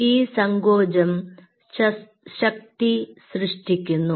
ഈ സങ്കോചം ശക്തി സൃഷ്ടിക്കുന്നു